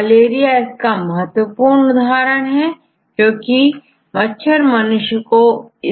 malaria इसका महत्वपूर्ण उदाहरण है क्योंकि मच्छर मनुष्य को